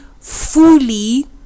fully